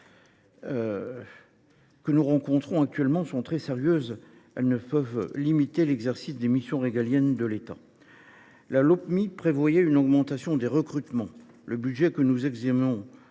nous sommes actuellement confrontées sont très sérieuses, mais elles ne peuvent limiter l’exercice des missions régaliennes de l’État. La Lopmi prévoyait une augmentation des recrutements. Le budget que nous examinons